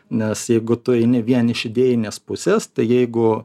nes jeigu tu eini vien iš idėjinės pusės tai jeigu